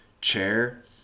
chair